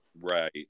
Right